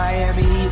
Miami